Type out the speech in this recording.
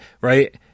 right